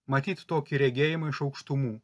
matyt tokį regėjimą iš aukštumų